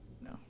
No